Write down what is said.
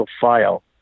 file